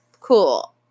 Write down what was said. Cool